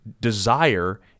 desire